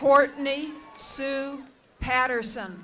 courtney patterson